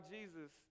Jesus